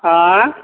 आँय